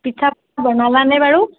পিঠা বনালা নে বাৰু